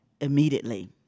Immediately